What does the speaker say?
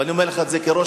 ואני אומר לך את זה כחבר,